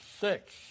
six